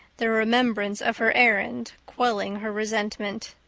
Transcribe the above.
the remembrance of her errand quelling her resentment.